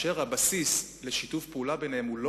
והבסיס לשיתוף פעולה ביניהן הוא לא